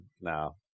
No